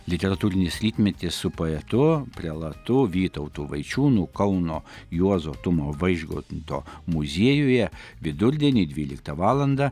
literatūrinis rytmetis su poetu prelatu vytautu vaičiūnu kauno juozo tumo vaižganto muziejuje vidurdienį dvyliktą valandą